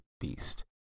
Beast